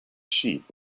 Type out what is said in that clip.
sheep